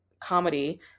comedy